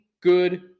good